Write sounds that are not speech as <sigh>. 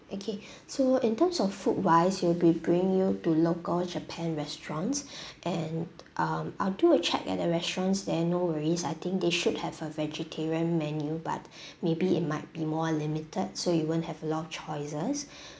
okay <breath> so in terms of food wise we'll be bringing you to local japan restaurants <breath> and um I'll do a check at the restaurants there no worries I think they should have a vegetarian menu but <breath> maybe it might be more limited so you won't have a lot of choices <breath>